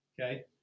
Okay